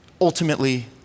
ultimately